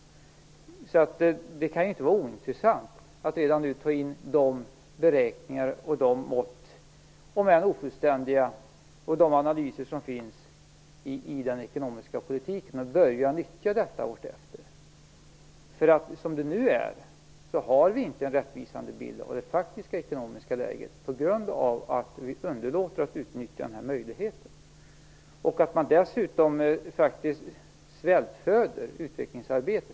Det kan ju inte vara ointressant att redan nu ta in de beräkningar, de mått - om än ofullständiga - och de analyser som finns i den ekonomiska politiken och att börja nyttja detta vartefter. Som det nu är har vi nämligen inte en rättvisande bild av det faktiska ekonomiska läget, på grund av att vi underlåter att utnyttja den här möjligheten. Dessutom svältföder man ju faktiskt utvecklingsarbetet.